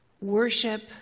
worship